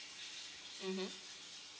mmhmm